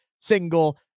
single